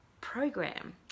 Program